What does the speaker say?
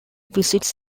visits